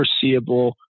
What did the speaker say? foreseeable